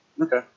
Okay